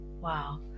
Wow